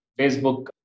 Facebook